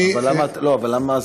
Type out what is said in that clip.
לא, אבל למה?